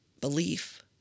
belief